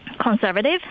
conservative